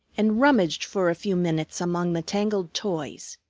and rummaged for a few minutes among the tangled toys.